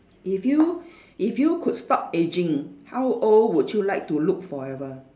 if you if you could stop aging how old would you like to look forever